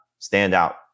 standout